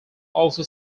also